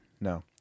No